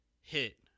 hit